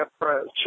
approach